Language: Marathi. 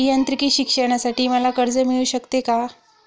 अभियांत्रिकी शिक्षणासाठी मला कर्ज मिळू शकते का?